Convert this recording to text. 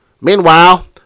Meanwhile